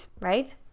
right